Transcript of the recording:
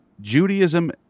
Judaism